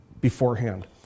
beforehand